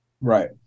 right